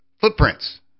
footprints